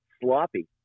sloppy